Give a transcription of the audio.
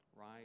right